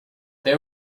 they